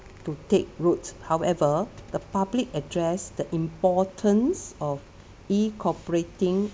to take root however the public address the importance of incorporating